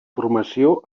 formació